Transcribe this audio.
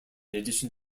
addition